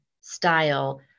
style